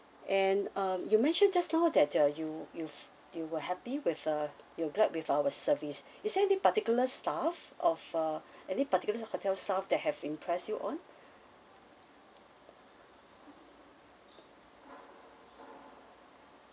and um you mentioned just now that uh you you you were happy with uh you're glad with our service is there any particular staff of uh any particulars hotel staff that have impressed you on